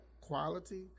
quality